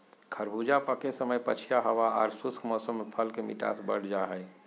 खरबूजा पके समय पछिया हवा आर शुष्क मौसम में फल के मिठास बढ़ जा हई